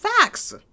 facts